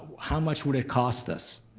how much would it cost us?